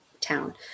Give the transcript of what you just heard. town